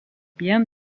bien